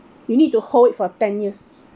you need to hold it for ten years